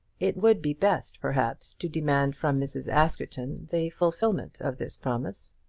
it would be best, perhaps, to demand from mrs. askerton the fulfilment of this promise.